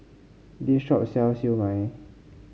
this shop sells Siew Mai